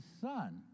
son